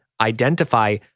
identify